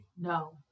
No